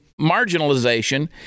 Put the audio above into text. marginalization